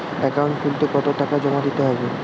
Account খুলতে কতো টাকা জমা দিতে হবে?